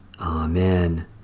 Amen